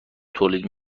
تولید